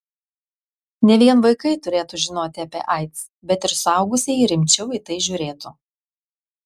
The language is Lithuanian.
ne vien vaikai turėtų žinoti apie aids bet ir suaugusieji rimčiau į tai žiūrėtų